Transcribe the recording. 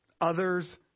Others